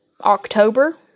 October